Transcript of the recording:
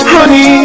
Honey